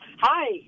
Hi